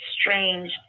strange